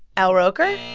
al roker?